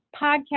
podcast